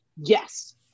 yes